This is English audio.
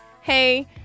hey